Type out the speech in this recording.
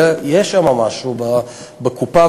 יהיה שם משהו בקופה.